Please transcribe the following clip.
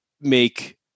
make